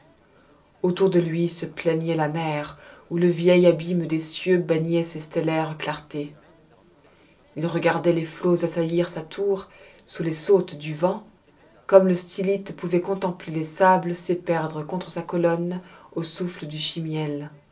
autour de lui se plaignait la mer où le vieil abîme des cieux baignait ses stellaires clartés il regardait les flots assaillir sa tour sous les sautes du vent comme le stylite pouvait contempler les sables s'éperdre contre sa colonne aux souffles du shimiel